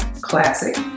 classic